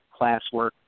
classwork